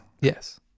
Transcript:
Yes